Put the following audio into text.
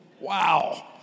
Wow